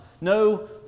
No